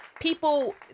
People